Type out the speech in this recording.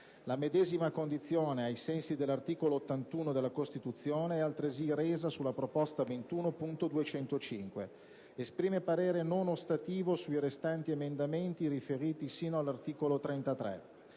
La medesima condizione, ai sensi dell'articolo 81 della Costituzione, è altresì resa sulla proposta 21.205. Esprime parere non ostativo sui restanti emendamenti riferiti sino all'articolo 33.